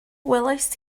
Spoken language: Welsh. welaist